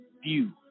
view